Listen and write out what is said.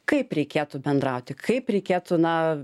kaip reikėtų bendrauti kaip reikėtų na